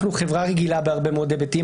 אנחנו חברה רגילה בהרבה מאוד היבטים,